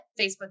Facebook